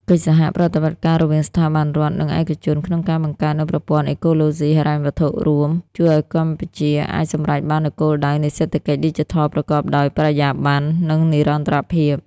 កិច្ចសហប្រតិបត្តិការរវាងស្ថាប័នរដ្ឋ និងឯកជនក្នុងការបង្កើតនូវប្រព័ន្ធអេកូឡូស៊ីហិរញ្ញវត្ថុរួម ជួយឱ្យកម្ពុជាអាចសម្រេចបាននូវគោលដៅនៃសេដ្ឋកិច្ចឌីជីថលប្រកបដោយបរិយាបន្ន និងនិរន្តរភាព។